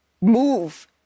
move